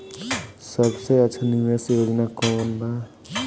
सबसे अच्छा निवेस योजना कोवन बा?